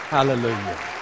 Hallelujah